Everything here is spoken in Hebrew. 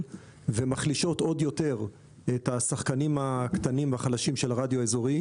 ומחלישות עוד יותר את השחקנים הקטנים והחלשים של הרדיו האזורי.